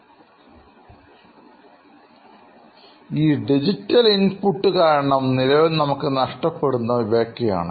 അതിനാൽ digital input കാരണം നിലവിൽ നമുക്ക് നഷ്ടപ്പെടുന്നവ ഇവയാണ്